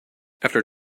after